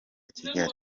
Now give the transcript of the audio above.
kigali